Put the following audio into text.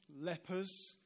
lepers